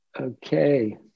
Okay